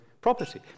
property